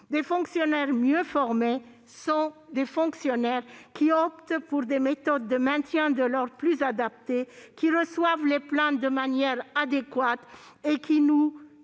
Des fonctionnaires mieux formés sont des fonctionnaires qui optent pour des méthodes de maintien de l'ordre plus adaptées, qui reçoivent les plaintes de manière adéquate et qui nouent